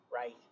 right